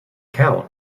count